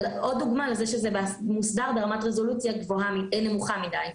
זה עוד דוגמה לכך שזה מוסדר ברמת רזולוציה נמוכה מדי.